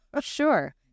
Sure